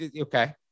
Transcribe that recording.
okay